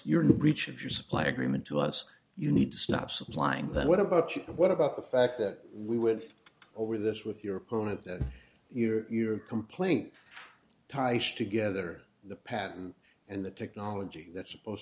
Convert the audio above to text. your new breach of your supply agreement to us you need to stop supplying that what about you what about the fact that we would over this with your opponent that your complaint ties together the patent and the technology that's supposed